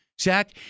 Zach